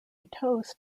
toast